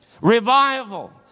revival